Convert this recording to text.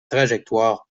trajectoires